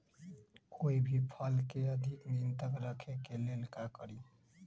कोई भी फल के अधिक दिन तक रखे के लेल का करी?